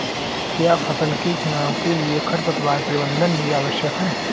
क्या फसल के चुनाव के लिए खरपतवार प्रबंधन भी आवश्यक है?